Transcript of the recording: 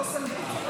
אתה לא עושה לי טובה.